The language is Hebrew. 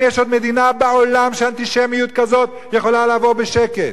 אם יש עוד מדינה בעולם שאנטישמיות כזו יכולה לעבור בה בשקט.